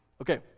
Okay